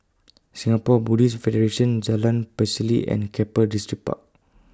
Singapore Buddhist Federation Jalan Pacheli and Keppel Distripark